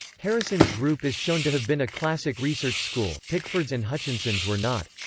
harrison's group is shown to have been a classic research school pickford's and hutchinson's were not.